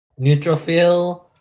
neutrophil